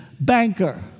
banker